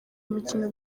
mikino